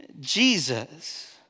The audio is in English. Jesus